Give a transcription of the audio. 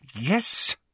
Yes